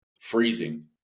freezing